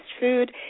food